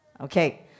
Okay